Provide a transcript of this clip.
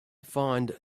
find